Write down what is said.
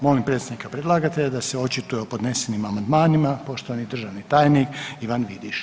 Molim predstavnika predlagatelja da se očituje o podnesenim amandmanima, poštovani državni tajnik Ivan Vidiš.